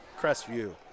Crestview